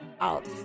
out